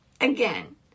again